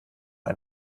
ein